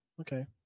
Okay